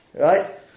Right